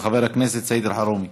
של חבר הכנסת סעיד אלחַרומי.